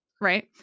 right